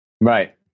Right